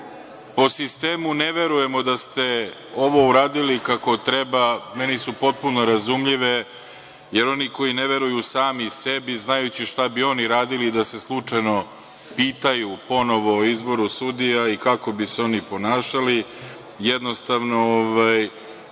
po sistemu: „ne verujemo da ste ovo uradili kako treba“ meni su potpuno razumljive jer oni koji ne veruju sami sebi, znajući šta bi oni radili da se slučajno pitanju ponovo o izboru sudija i kako bi se oni ponašali, jednostavno